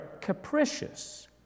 capricious